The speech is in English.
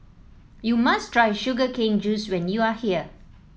you must try Sugar Cane Juice when you are here